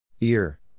Ear